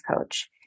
coach